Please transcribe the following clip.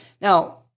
Now